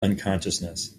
unconsciousness